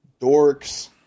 dorks